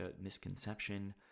misconception